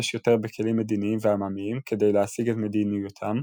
יותר בכלים מדיניים ועממיים כדי להשיג את מדיניותם,